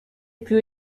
più